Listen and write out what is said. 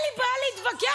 יש הבדל בין אגף